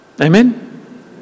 Amen